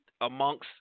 Amongst